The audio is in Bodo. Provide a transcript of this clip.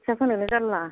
खोथिया फोनोनो जारला